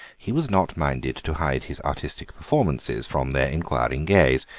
he was not minded to hide his artistic performances from their inquiring gaze.